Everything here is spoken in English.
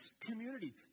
community